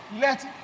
let